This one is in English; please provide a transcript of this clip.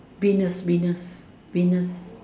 penis penis penis